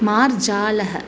मार्जालः